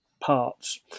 parts